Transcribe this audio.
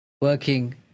working